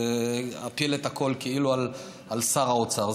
ואפיל את הכול כאילו על שר האוצר.